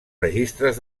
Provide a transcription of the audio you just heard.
registres